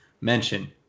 mention